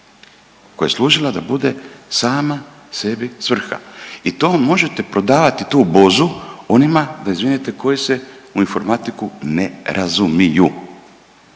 koja je služila da bude sama sebi svrha. I to možete prodavati tu bozu onima da izvinete koji se u informatiku ne razumiju.